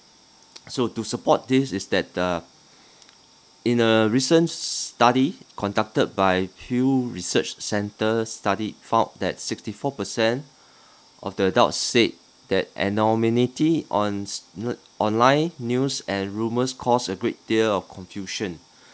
so to support this is that the in a recent s~ study conducted by hill research centre study found that sixty four percent of the adult said that anonymity ons~ online news and rumours cause a great deal of confusion